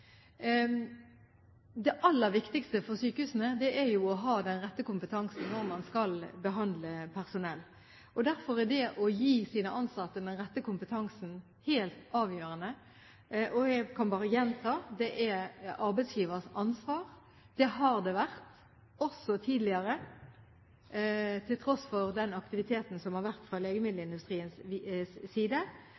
Det aller viktigste for sykehusene er å ha den rette kompetansen når man skal behandle personer. Derfor er det å gi sine ansatte den rette kompetansen helt avgjørende. Jeg kan bare gjenta: Det er arbeidsgivers ansvar. Det har det også vært tidligere. Til tross for den aktiviteten som har vært fra